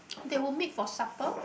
they would meet for supper